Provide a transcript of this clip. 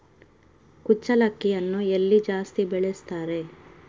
ಕುಚ್ಚಲಕ್ಕಿಯನ್ನು ಎಲ್ಲಿ ಜಾಸ್ತಿ ಬೆಳೆಸ್ತಾರೆ?